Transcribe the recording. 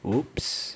!oops!